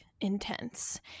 intense